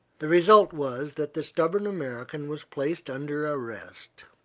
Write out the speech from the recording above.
the result was that the stubborn american was placed under arrest.